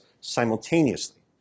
simultaneously